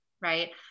right